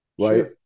right